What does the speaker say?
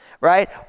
right